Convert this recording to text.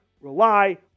rely